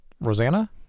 Rosanna